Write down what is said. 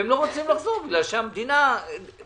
והם לא רוצים לחזור בגלל שהמדינה במן